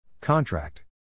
Contract